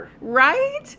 Right